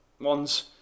ones